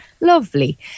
Lovely